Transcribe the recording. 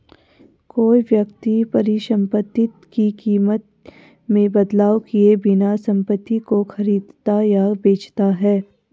कोई व्यक्ति परिसंपत्ति की कीमत में बदलाव किए बिना संपत्ति को खरीदता या बेचता है